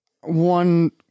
one